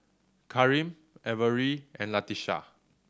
Karim Averi and Latesha